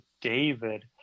David